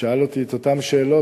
שאל אותי את אותן שאלות,